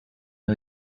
new